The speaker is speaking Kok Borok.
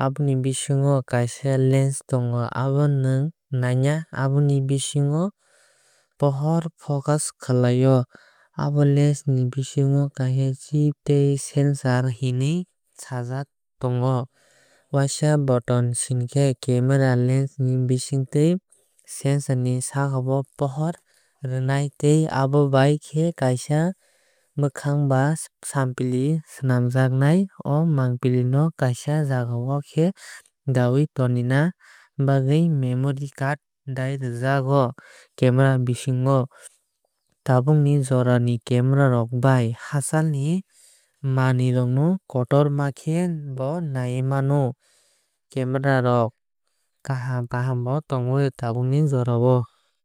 Aboni bisingo kaisa lens tongo abo nwng naina aboni bisingo pohorno focus khlaio. Abo lens ni bisingo kaisa chip tei sensor hwnwi sajak tongo. Waisa button sinkhe camera lens ni bisingtwi sensor ni sakao pohor rwnai tei abo bai khe kaisa mwkhang ba sampli swnamjaknai. O mangpili no kaaisa jajao khe daui tonina bagwui memory card daui rwjago camera bisingo. Tabuk ni jora ni camera rok bai hachal ni manwui no kotor ma khe nai mano. Camera rok kaham kaham bo tongnai o tabuk ni jora o.